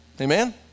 Amen